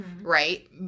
right